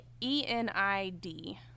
E-N-I-D